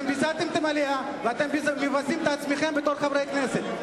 אתם ביזיתם את המליאה ואתם מבזים את עצמכם בתור חברי כנסת.